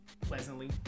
Pleasantly